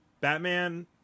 Batman